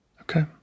okay